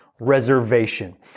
reservation